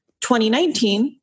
2019